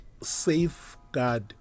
safeguard